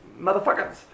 motherfuckers